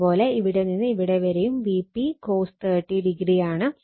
അത്പോലെ ഇവിടെ നിന്ന് ഇവിടെ വരെയും Vp cos 30o ആണ്